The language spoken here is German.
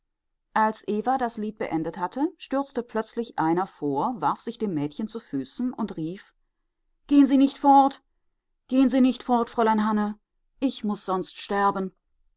als eva das lied beendet hatte stürzte plötzlich einer vor warf sich dem mädchen zu füßen und rief gehen sie nicht fort gehen sie nicht fort fräulein hanne ich muß sonst sterben